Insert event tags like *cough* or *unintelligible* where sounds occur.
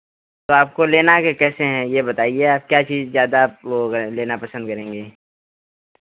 तो आपको लेना है के कैसे हैं ये बताइए आप क्या चीज़ ज़्यादा वो *unintelligible* लेना पसंद करेंगे